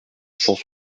cent